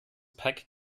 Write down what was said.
pack